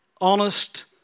honest